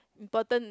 important